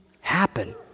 happen